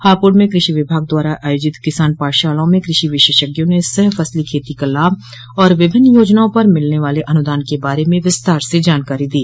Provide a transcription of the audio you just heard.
हापुड़ में कृषि विभाग द्वारा आयोजित किसान पाठशालाओं में कृषि विशेषज्ञों ने सहफसली खेती का लाभ और विभिन्न योजनाओं पर मिलने वाले अनुदान के बारे में विस्तार से जानकारी दी